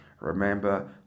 Remember